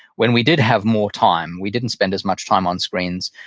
when we did have more time. we didn't spend as much time on screens,